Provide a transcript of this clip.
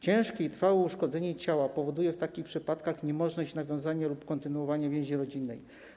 Ciężkie i trwałe uszkodzenie ciała w takich przypadkach powoduje niemożność nawiązania lub kontynuowania więzi rodzinnej.